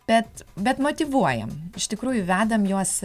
bet bet motyvuojam iš tikrųjų vedam juos